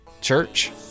Church